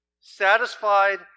Satisfied